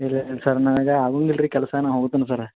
ಇಲ್ಲ ಇಲ್ಲ ಸರ್ ನನಗೆ ಆಗೋಂಗಿಲ್ಲ ರೀ ಕೆಲಸ ನಾನು ಹೋಗುತ್ತೇನೆ ಸರ್ರ